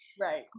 right